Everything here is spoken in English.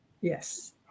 Yes